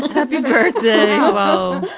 happy birthday. oh,